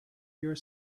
you